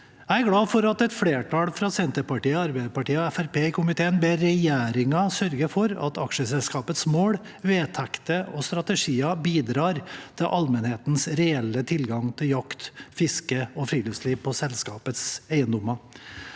Jeg er glad for at et flertall i komiteen fra Senterpartiet, Arbeiderpartiet og Fremskrittspartiet ber regjeringen sørge for at aksjeselskapets mål, vedtekter og strategier bidrar til allmennhetens reelle tilgang til jakt, fiske og friluftsliv på selskapets eiendommer.